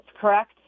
correct